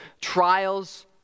trials